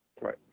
Right